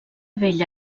vella